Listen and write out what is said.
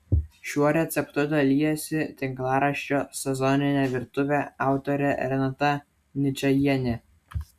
šiuo receptu dalijasi tinklaraščio sezoninė virtuvė autorė renata ničajienė